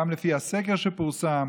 גם לפי הסקר שפורסם,